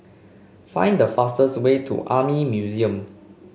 find the fastest way to Army Museum